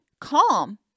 calm